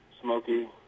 smoky